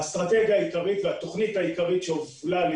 האסטרטגיה העיקרית והתוכנית העיקרית שהובלה על